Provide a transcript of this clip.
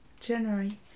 January